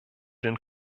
den